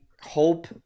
hope